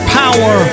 power